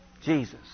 Jesus